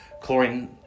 chlorine